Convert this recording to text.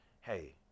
Hey